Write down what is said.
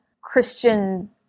christian